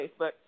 Facebook